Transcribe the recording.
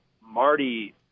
Marty